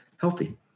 healthy